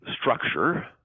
structure